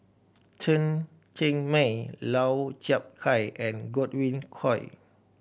Chen Cheng Mei Lau Chiap Khai and Godwin Koay